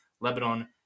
Lebanon